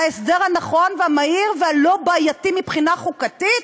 ההסדר הנכון והמהיר והלא-בעייתי מבחינה חוקתית,